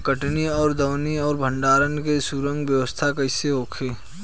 कटनी और दौनी और भंडारण के सुगम व्यवस्था कईसे होखे?